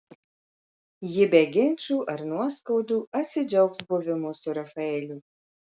ji be ginčų ar nuoskaudų atsidžiaugs buvimu su rafaeliu